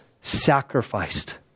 sacrificed